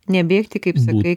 nebėgti kaip sakai